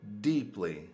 deeply